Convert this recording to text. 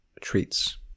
treats